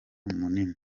munini